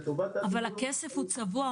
אבל הכסף צבוע.